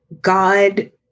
God